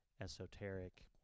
esoteric